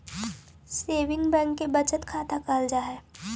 saving bank के बचत खाता कहल जा हइ